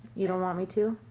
you don't want me to?